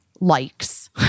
Likes